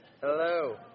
hello